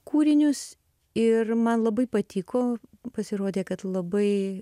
kūrinius ir man labai patiko pasirodė kad labai